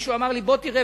ומישהו אמר לי: בוא תראה.